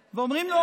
ורבי עקיבא צוחק.